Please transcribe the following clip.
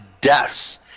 deaths